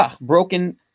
broken